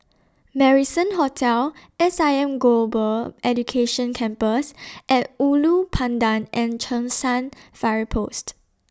Marrison Hotel S I M Global Education Campus At Ulu Pandan and Cheng San Fire Post